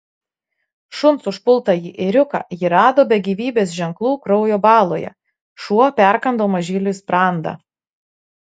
šuns užpultąjį ėriuką ji rado be gyvybės ženklų kraujo baloje šuo perkando mažyliui sprandą